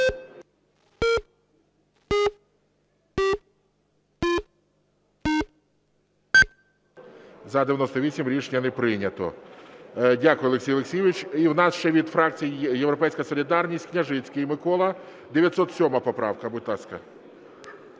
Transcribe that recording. За-98 Рішення не прийнято. Дякую, Олексій Олексійович. І в нас ще від фракції "Європейська солідарність" Княжицький Микола. 907 поправка, будь ласка.